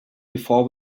before